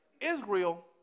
Israel